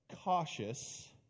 cautious